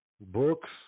books